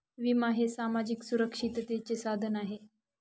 विमा हे सामाजिक सुरक्षिततेचे साधन आहे